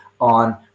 on